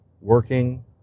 working